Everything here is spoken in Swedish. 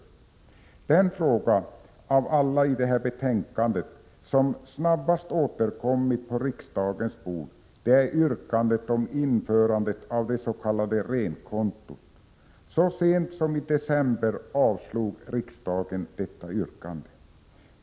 Den fråga som snabbast av alla har återkommit på riksdagens bord i detta betänkande är yrkandet om införande av det s.k. renkontot. Så sent som i december avslog riksdagen detta yrkande.